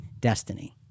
destiny